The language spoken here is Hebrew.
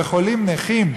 חולים ונכים,